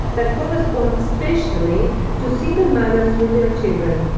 that correspond spatially to single mothers with their children.